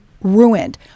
ruined